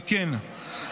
על כן,